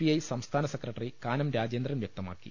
I സംസ്ഥാന secretary Kanam Rajendran വ്യക്തമാക്കി